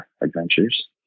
adventures